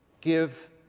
give